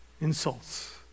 insults